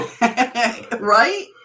Right